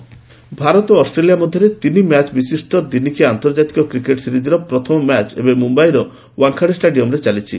cricket India Australia Bharat ଓ Australia ମଧ୍ୟରେ ତିନି ମ୍ୟାଚ୍ ବିଶିଷ୍ଟ ଦିନିକିଆ ଆନ୍ତର୍ଜାତିକ କ୍ରିକେଟ୍ ସିରିଜର ପ୍ରଥମ ମ୍ୟାଚ୍ ଏବେ ମୁମ୍ୟାଇର ୱାଙ୍ଗଡେ ଷ୍ଟାଡିୟମ୍ରେ ଚାଲିଛି